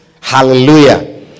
Hallelujah